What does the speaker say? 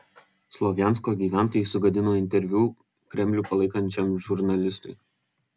slovjansko gyventojai sugadino interviu kremlių palaikančiam žurnalistui